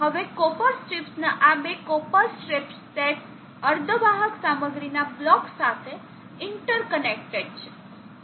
હવે કોપર સ્ટ્રિપ્સના આ બે કોપર સ્ટ્રિપ્સ સેટ્સ અર્ધવાહક સામગ્રીના બ્લોક્સ સાથે ઇન્ટર કનેક્ટેડ છે